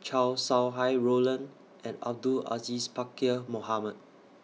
Chow Sau Hai Roland and Abdul Aziz Pakkeer Mohamed